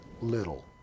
little